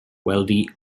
wealthy